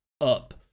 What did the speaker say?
Up